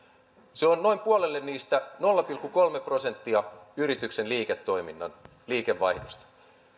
se on noin puolelle niistä nolla pilkku kolme prosenttia yrityksen liiketoiminnan liikevaihdosta